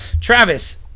Travis